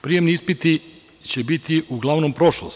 Prijemni ispiti će biti uglavnom prošlost.